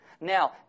Now